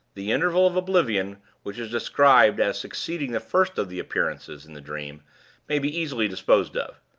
the interval of oblivion which is described as succeeding the first of the appearances in the dream may be easily disposed of.